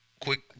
quick